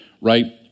right